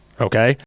okay